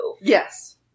Yes